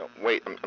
wait